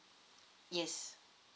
yes